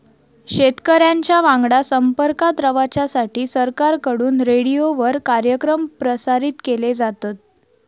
शेतकऱ्यांच्या वांगडा संपर्कात रवाच्यासाठी सरकारकडून रेडीओवर कार्यक्रम प्रसारित केले जातत